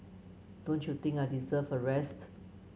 don't you think I deserve a rest